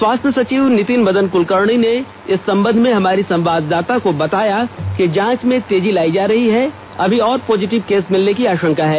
स्वास्थ्य सचिव नितिन मदन कुलकर्णी ने इस संबंध में हमारी संवाददाता को बताया कि जांच में तेजी लायी जा रही है अभी और पॉजिटीव केस मिलने की आषंका है